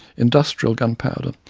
industrial gunpowder,